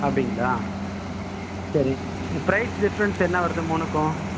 அப்படிங்களா சரி price difference என்ன வருது மூணுக்கும்